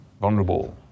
vulnerable